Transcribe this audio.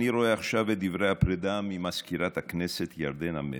אני רואה עכשיו את דברי הפרידה ממזכירת הכנסת ירדנה מלר.